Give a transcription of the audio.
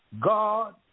God